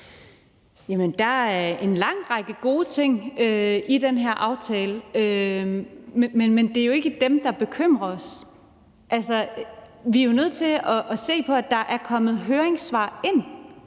Jamen der er en lang række gode ting i den her aftale, men det er jo ikke dem, der bekymrer os. Vi er jo nødt til at se på, at der er kommet høringssvar ind,